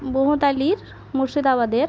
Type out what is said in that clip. মহৎ আলীর মুর্শিদাবাদের